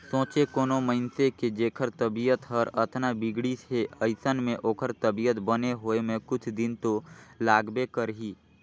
सोंचे कोनो मइनसे के जेखर तबीयत हर अतना बिगड़िस हे अइसन में ओखर तबीयत बने होए म कुछ दिन तो लागबे करही